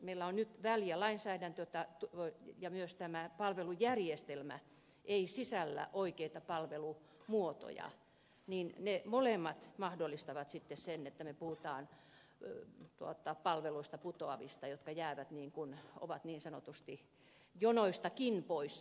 meillä on nyt väljä lainsäädäntö ja myöskään palvelujärjestelmä ei sisällä oikeita palvelumuotoja ja ne molemmat seikat mahdollistavat sitten sen että me puhumme palveluista putoavista jotka jäävät ulos ja ovat niin sanotusti jonoistakin poissa